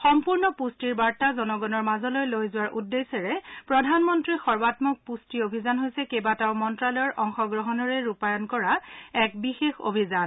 সম্পূৰ্ণ পৃষ্টিৰবাৰ্তা জনগণৰ মাজলৈ লৈ যোৱাৰ উদ্দেশ্যে প্ৰধানমন্ত্ৰী সৰ্বামক পুষ্টি অভিযান হৈছে কেইবাটাও মন্তালয়ৰ অংশগ্ৰহণেৰে ৰূপায়ণ কৰা এক বিশেষ অভিযান